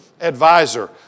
advisor